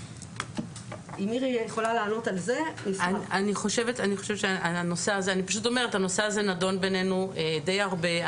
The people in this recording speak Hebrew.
אני פושט אומרת, הנושא הזה נדון בינינו די הרבה.